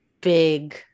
big